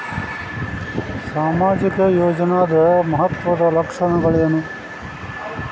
ಸಾಮಾಜಿಕ ಯೋಜನಾದ ಮಹತ್ವದ್ದ ಲಕ್ಷಣಗಳೇನು?